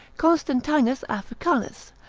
constantinus africanus,